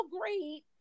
great